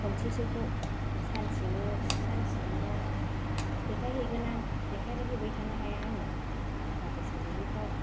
खनसेसोखौ सानसेल' देखाय हैगोन आं देखाय हैबाय थानो हाया आङो थाखा फैसा गैयैफ्राव